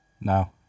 No